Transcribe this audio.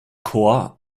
korps